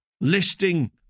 listing